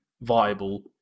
viable